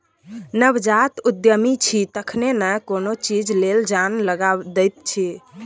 नवजात उद्यमी छी तखने न कोनो चीज लेल जान लगा दैत छी